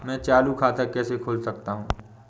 मैं चालू खाता कैसे खोल सकता हूँ?